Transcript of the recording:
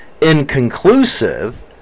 inconclusive